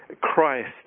Christ